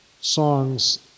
songs